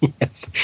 yes